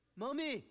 mommy